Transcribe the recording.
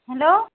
hello